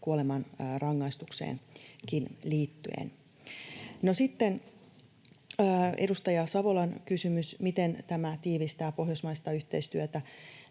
kuolemanrangaistukseenkin liittyen. Sitten edustaja Savolan kysymys, miten tämä tiivistää pohjoismaista yhteistyötä.